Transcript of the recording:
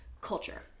culture